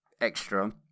Extra